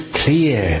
clear